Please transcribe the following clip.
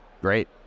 Great